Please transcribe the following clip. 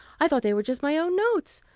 i thought they were just my own notes.